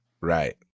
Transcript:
Right